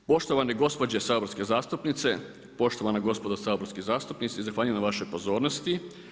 Poštovane gospođe saborske zastupnice, poštovana gospodo saborski zastupnici zahvaljujem na vašoj pozornosti.